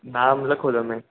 નામ લખો તમે